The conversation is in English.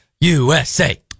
USA